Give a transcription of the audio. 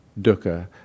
Dukkha